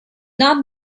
not